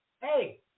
Hey